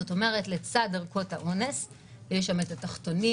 זאת אומרת שלצד ערכות האונס יש את התחתונים